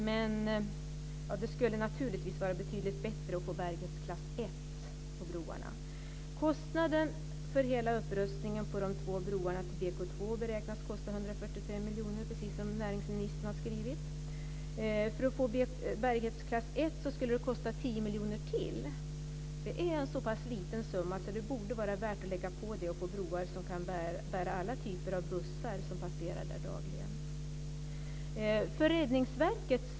Men det skulle naturligtvis vara betydligt bättre att få bärighetsklass miljoner, precis som näringsministern har skrivit i sitt svar. För att få bärighetsklass 1 skulle det kosta 10 miljoner till. Det är en så pass liten summa att det borde vara värt att lägga på den och få broar som kan bära alla typer av bussar som passerar där dagligen.